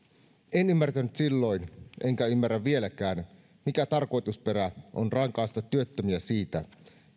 en ymmärtänyt silloin enkä ymmärrä vieläkään mikä tarkoitusperä on rangaista työttömiä siitä